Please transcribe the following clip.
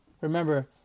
Remember